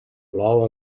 plou